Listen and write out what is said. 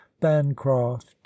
bancroft